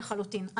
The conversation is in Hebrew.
כן, בישראל.